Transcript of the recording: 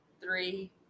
three